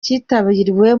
cyitabiriwe